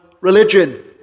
religion